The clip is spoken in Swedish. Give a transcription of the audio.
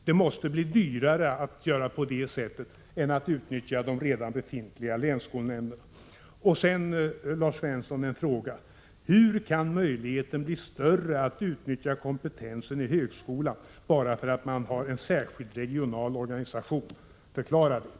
Det måste bli dyrare att göra på det sättet än att utnyttja de redan befintliga länsskolnämnderna. Sedan, Lars Svensson, en fråga: Hur kan möjligheten bli större att utnyttja kompetensen i högskolan bara därför att man har en särskild regional organisation? Förklara det!